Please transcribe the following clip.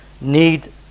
need